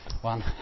one